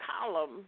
column